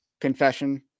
Confession